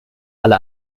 alle